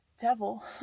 devil